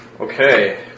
Okay